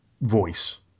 voice